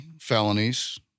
felonies